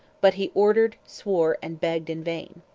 but he ordered, swore, and begged in vain.